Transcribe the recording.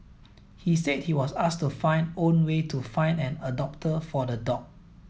he said he was asked to find own way to find an adopter for the dog